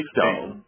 Stone